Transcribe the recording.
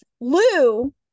Lou